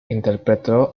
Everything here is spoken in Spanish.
interpretó